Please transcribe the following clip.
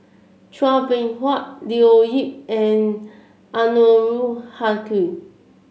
Chua Beng Huat Leo Yip and Anwarul Haque